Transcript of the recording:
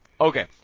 Okay